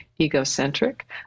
egocentric